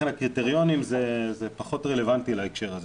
הקריטריונים זה פחות רלוונטי להקשר הזה,